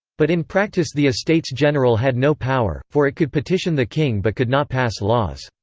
but in practice the estates general had no power, for it could petition the king but could not pass laws.